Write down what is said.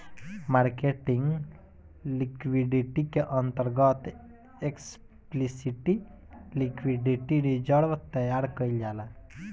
marketing liquidity के अंतर्गत explicit liquidity reserve तैयार कईल जाता